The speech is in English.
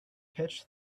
pitch